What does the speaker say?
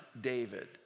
David